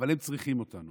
אבל הם צריכים אותנו